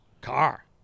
car